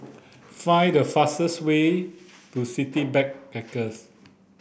find the fastest way to City Backpackers